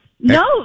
No